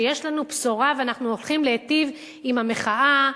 שיש לנו בשורה ואנחנו הולכים להיטיב עם המחאה,